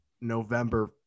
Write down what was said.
November